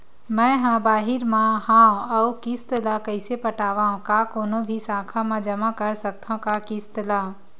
मैं हा बाहिर मा हाव आऊ किस्त ला कइसे पटावव, का कोनो भी शाखा मा जमा कर सकथव का किस्त ला?